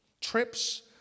trips